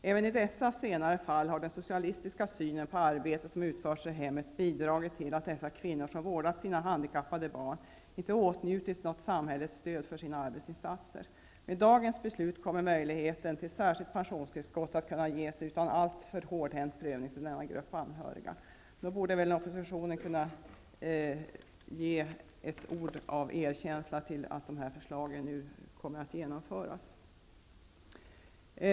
Även i dessa senare fall har den socialistiska synen på arbete som utförts i hemmet bidragit till att de kvinnor som vårdat sina handikappade barn inte åtnjutit något stöd från samhället för sina arbetsinsatser. Med dagens beslut kommer möjligheten till särskilt pensionstillskott att kunna ges till denna grupp anhöriga utan alltför hårdhänt prövning. Nog borde även oppsitionen kunna visa sin erkänsla för att dessa förslag nu kommer att genomföras.